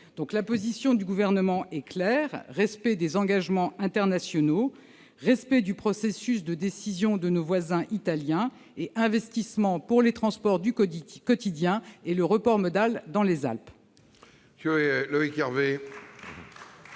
la position du Gouvernement est claire : respect des engagements internationaux comme du processus de décision de nos voisins italiens ; investissements pour les transports du quotidien et le report modal dans les Alpes. La parole est